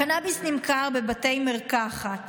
הקנביס נמכר בבתי מרקחת